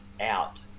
out